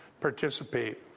participate